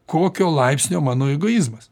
kokio laipsnio mano egoizmas